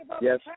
Yes